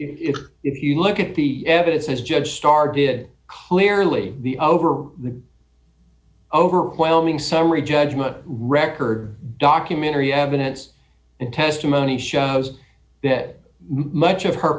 that if you look at the evidence as judge starr did clearly the over the overwhelming summary judgement record documentary evidence and testimony shows that much of her